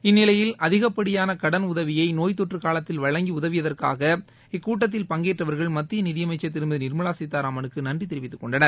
இந்நிலையில் அதிகப்படியான கடன் உதவியை நோய் தொற்று காலத்தில் வழங்கி உதவியதற்காக இக்கூட்டத்தில் பங்கேற்றவர்கள் மத்திய நிதியமைச்சர் திருமதி நிர்மலா சீத்தாராமனுக்கு நன்றி தெரிவித்துக் கொண்டனர்